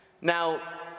Now